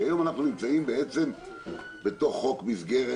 כי היום אנחנו נמצאים בתוך חוק מסגרת,